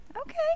Okay